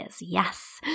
yes